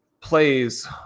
plays